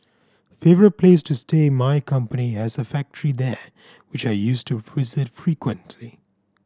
favourite place to stay My company has a factory there which I used to visit frequently